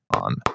on